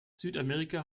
südamerika